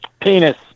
Penis